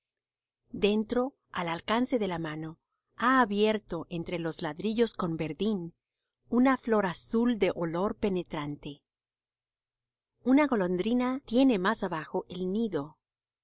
dentro al alcance de la mano ha abierto entre los ladrillos con verdín una flor azul de olor penetrante una golondrina tiene más abajo el nido